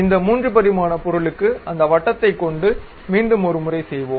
இந்த 3 பரிமாண பொருளுக்கு அந்த வட்டத்தை கொண்டு மீண்டும் ஒரு முறை செய்வோம்